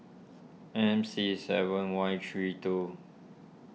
M C seven Y three two